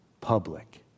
public